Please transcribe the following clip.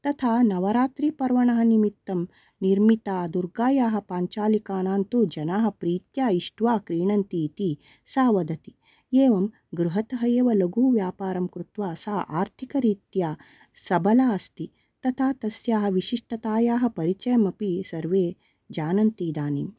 तथा नवरात्रिपर्वणः निमित्तं निर्मिता दुर्गायाः पाञ्चालिकानां तु जनाः प्रीत्या इष्ट्वा क्रीणन्ति इति सा वदति येवं गृहतः एव लघुव्यापारं कृत्वा सा आर्थिकरीत्या सबला अस्ति तथा तस्याः विशिष्टतायाः परिचयमपि सर्वे जानन्ति इदानीम्